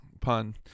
pun